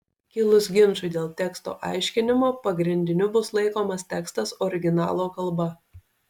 kilus ginčui dėl teksto aiškinimo pagrindiniu bus laikomas tekstas originalo kalba